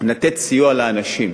לתת סיוע לאנשים,